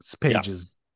pages